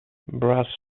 brass